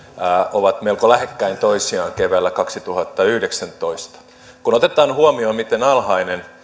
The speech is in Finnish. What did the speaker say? ovat melko lähekkäin toisiaan keväällä kaksituhattayhdeksäntoista kun otetaan huomioon miten alhainen